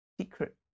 secret